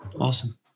awesome